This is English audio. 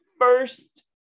first